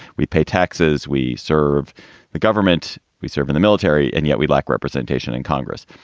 we pay taxes. we serve the government, we serve in the military. and yet we lack representation in congress.